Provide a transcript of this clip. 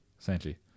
essentially